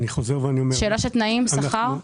זה שאלה של תנאים ושכר.